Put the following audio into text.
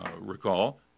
recall